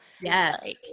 Yes